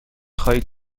خواهید